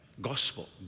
Gospel